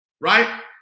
Right